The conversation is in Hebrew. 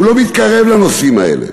הוא לא מתקרב לנושאים האלה.